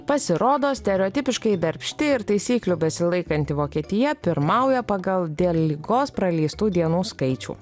pasirodo stereotipiškai darbšti ir taisyklių besilaikanti vokietija pirmauja pagal dėl ligos praleistų dienų skaičių